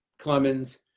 Clemens